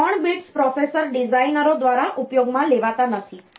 આ 3 bits processor ડિઝાઇનરો દ્વારા ઉપયોગમાં લેવાતા નથી